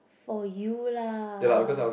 for you lah